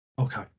okay